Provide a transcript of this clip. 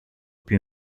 più